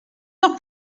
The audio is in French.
heure